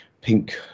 pink